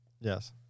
Yes